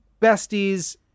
besties